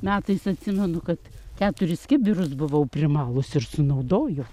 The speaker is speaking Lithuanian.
metais atsimenu kad keturis kibirus buvau primalus ir sunaudoju